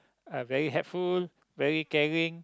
very helpful very caring